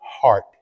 heart